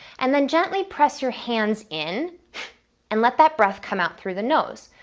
and then gently press your hands in and let that breath come out through the nose.